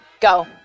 Go